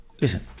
listen